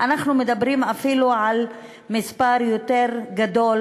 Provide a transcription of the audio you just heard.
אנחנו מדברים אפילו על מספר יותר גדול